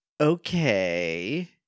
Okay